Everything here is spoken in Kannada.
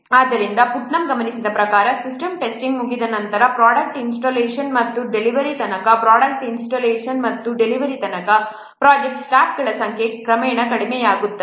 ಆದ್ದರಿಂದ ಪುಟ್ನಮ್ ಗಮನಿಸಿದ ಪ್ರಕಾರ ಸಿಸ್ಟಮ್ ಟೆಸ್ಟಿಂಗ್ ಮುಗಿದ ನಂತರ ಪ್ರೊಡಕ್ಟ್ ಇನ್ಸ್ಟಾಲೇಷನ್ ಮತ್ತು ಡಿಲಿವರಿ ತನಕ ಪ್ರೊಡಕ್ಟ್ ಇನ್ಸ್ಟಾಲೇಷನ್ ಮತ್ತು ಡಿಲಿವರಿ ತನಕ ಪ್ರೊಜೆಕ್ಟ್ ಸ್ಟಾಫ್ಗಳ ಸಂಖ್ಯೆ ಕ್ರಮೇಣ ಕಡಿಮೆಯಾಗುತ್ತದೆ